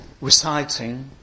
reciting